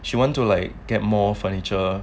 she went to like get more furniture